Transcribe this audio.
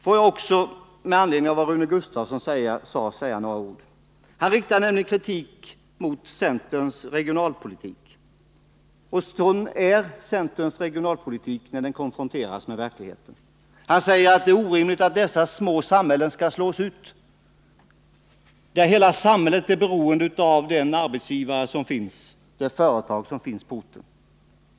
Får jag också med anledning av Rune Gustavssons anförande säga några ord. Han riktade nämligen kritik mot centerns regionalpolitik — sådan den ter sig när den konfronteras med verkligheten. Han sade att det är orimligt att dessa små samhällen, där hela samhället är beroende av det företag som finns på orten, skall slås ut.